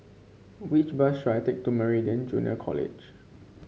which bus should I take to Meridian Junior College